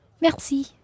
Merci